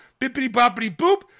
bippity-boppity-boop